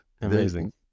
amazing